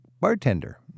Bartender